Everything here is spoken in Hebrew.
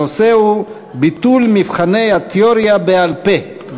הנושא הוא: ביטול מבחני התיאוריה בעל-פה.